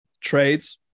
trades